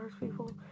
people